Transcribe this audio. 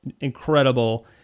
incredible